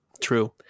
true